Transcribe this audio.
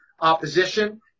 opposition